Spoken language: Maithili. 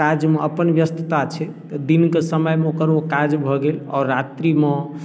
काजमे अपन व्यस्तता छै दिनके समयमे ओकर ओ काज भऽ गेल आओर रात्रिमे